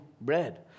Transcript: bread